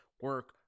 Work